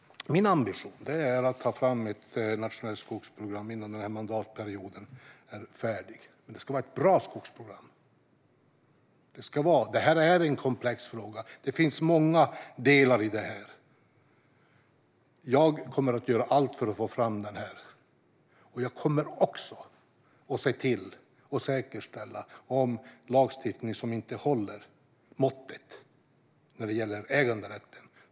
Min ambition är att ta fram ett nationellt skogsprogram innan den här mandatperioden är slut. Men det ska vara ett bra skogsprogram. Frågan är komplex, och det finns många delar. Jag kommer att göra allt för att få fram det här. Jag kommer också att se till att förändra sådan lagstiftning som inte håller måttet vad gäller äganderätten.